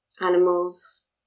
animals